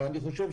ולדעתי,